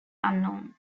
unknown